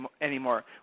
anymore